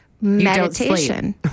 Meditation